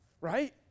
right